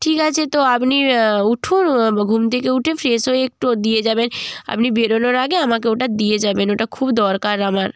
ঠিক আছে তো আপনি উঠুন ঘুম থেকে উঠে ফ্রেস হয়ে একটু দিয়ে যাবেন আপনি বেরোনোর আগে আমাকে ওটা দিয়ে যাবেন ওটা খুব দরকার আমার